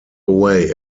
away